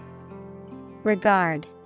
Regard